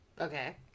Okay